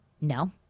No